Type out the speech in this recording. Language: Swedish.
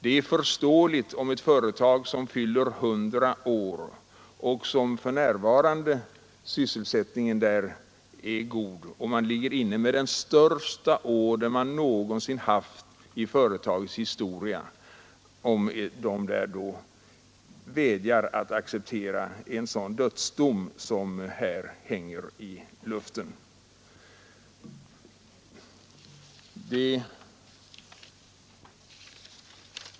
Det är förståeligt om ett företag, som snart fyller 100 år, där för närvarande sysselsättningen är god och där man ligger inne med den största order man någonsin haft i företagets historia, vägrar att acceptera en sådan dödsdom som nu här hänger i luften.